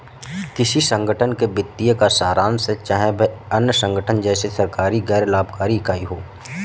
किसी संगठन के वित्तीय का सारांश है चाहे वह अन्य संगठन जैसे कि सरकारी गैर लाभकारी इकाई हो